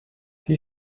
die